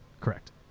Correct